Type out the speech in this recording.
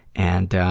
and, ah,